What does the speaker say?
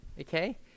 okay